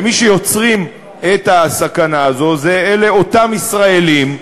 ומי שיוצרים את הסכנה הזו אלה אותם ישראלים,